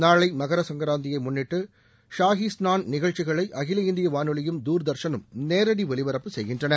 நாளை மகரசங்கராந்தியை முன்னிட்டு ஷாஹி ஸ்னான நிகழ்ச்சிகளை அகில இந்திய வானொலியும் தூர்தர்ஷனும் நேரடி ஒலிபரப்பு செய்கின்றன